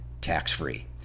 tax-free